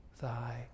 thy